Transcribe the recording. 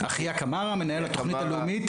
אני מכיר אותך,